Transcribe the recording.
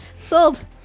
Sold